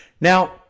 Now